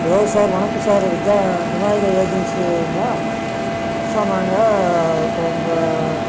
hello sir வணக்கம் sir விஜா விநாயகா ஏஜென்ஸிங்களா சார் நாங்கள் இப்போ இந்த